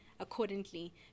Accordingly